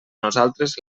nosaltres